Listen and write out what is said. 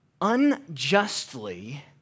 unjustly